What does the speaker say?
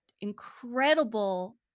incredible